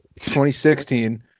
2016